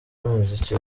y’umuziki